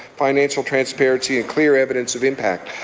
financial transparency and clear evidence of impact.